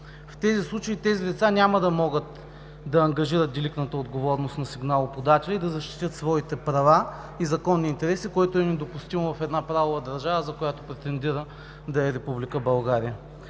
В тези случаи тези лица няма да могат да ангажират „делитната“ отговорност на сигналоподателя и да защитят своите права и законни интереси. Това е недопустимо в една правова държава, за която претендира да е Република България.